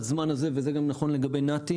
בזמן הזה וזה נכון גם לגבי נת"י